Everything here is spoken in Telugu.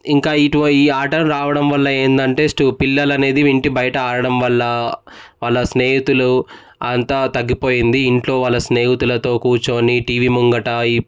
ఇంకా ఈ ఆటలు రావడం వల్ల ఏంటంటే పిల్లలు అనేది ఇంటి బయట ఆడడంవల్ల వాళ్ళ స్నేహితులు అంతా తగ్గిపోయింది ఇంట్లో వాళ్ళ స్నేహితులతో కూర్చొని టీవీ ముంగట